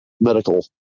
medical